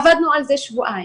עבדנו על זה שבועיים.